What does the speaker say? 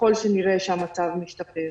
ככל שנראה שהמצב משתפר,